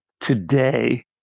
today